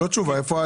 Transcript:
לא תשובה.